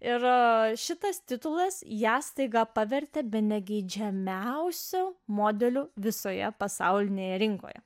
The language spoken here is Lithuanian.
ir šitas titulas ją staiga pavertė bene geidžiamiausiu modeliu visoje pasaulinėje rinkoje